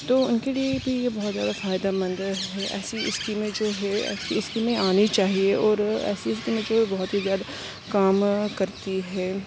تو ان کے لیے بھی یہ بہت زیادہ فائدے مند ہے ایسی اسکیمیں جو ہے ایسی اسکیمیں آنی چاہیے اور وہ ایسی اسکیمیں جو بہت ہی زیادہ کامیاب کرتی ہے